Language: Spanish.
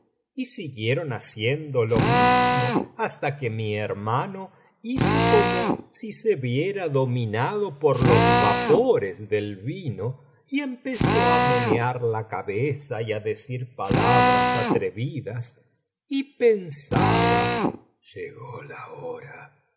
y siguieron haciendo lo mismo hasta que mi hermano hizo como si se viera dominado por los vapores del vino y empezó á menear la cabeza y á decir palabras atrevidas y pensaba llegó la hora de